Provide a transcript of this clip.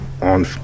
on